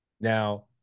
Now